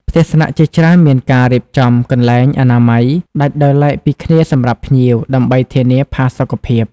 ផ្ទះស្នាក់ជាច្រើនមានការរៀបចំ កន្លែងអនាម័យ ដាច់ដោយឡែកពីគ្នាសម្រាប់ភ្ញៀវ ដើម្បីធានាផាសុកភាព។